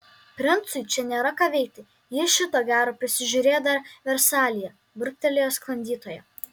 princui čia nėra ką veikti jis šito gero prisižiūrėjo dar versalyje burbtelėjo sklandytoja